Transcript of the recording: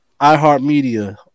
iHeartMedia